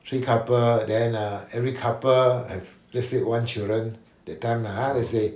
three couples then err every couple has let's say one children that time ah let's say